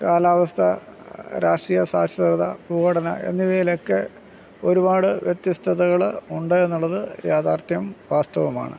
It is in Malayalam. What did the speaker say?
കാലാവസ്ഥ രാഷ്ട്രീയ സാക്ഷരത ഭൂപടന എന്നിവയിലൊക്കെ ഒരുപാട് വ്യത്യസ്തതകൾ ഉണ്ട് എന്നുള്ളത് യഥാർത്ഥ്യം വാസ്തവമാണ്